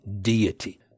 deity